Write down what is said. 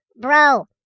bro